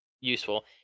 useful